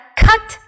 cut